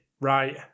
Right